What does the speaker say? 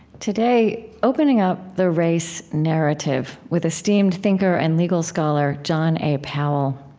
today, opening up the race narrative with esteemed thinker and legal scholar, john a. powell.